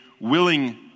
willing